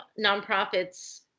nonprofits